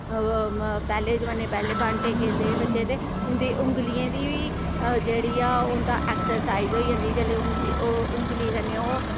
पैह्ले जमाने पैह्ले बांटे खेलदे हे बच्चे ते उं'दी औंगलियें दी बी जेह्ड़ी ऐ ओह् उं'दा एक्सरसाइज होई जंदी ही जैल्ले औंगली कन्नै ओह्